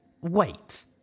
Wait